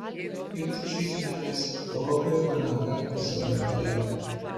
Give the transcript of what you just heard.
kaip tik tais metais europoje pirmąsyk pasirodė cholera